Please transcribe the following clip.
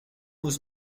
was